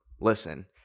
listen